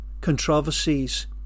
controversies